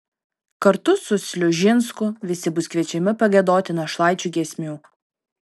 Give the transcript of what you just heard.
kartu su sliužinsku visi bus kviečiami pagiedoti našlaičių giesmių